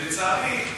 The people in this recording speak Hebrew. לצערי,